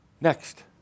Next